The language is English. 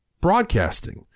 broadcasting